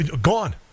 Gone